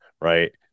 right